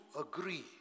agree